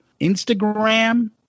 Instagram